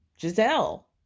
Giselle